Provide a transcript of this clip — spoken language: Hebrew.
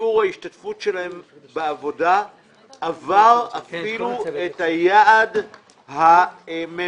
שיעור ההשתתפות שלהן בעבודה עבר אפילו את היעד הממשלתי.